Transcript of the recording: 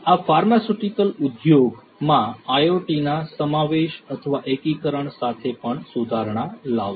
આ ફાર્માસ્યુટિકલ ઉદ્યોગ માં IoT ના સમાવેશ અથવા એકીકરણ સાથે પણ સુધારણા લાવશે